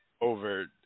over